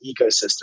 ecosystem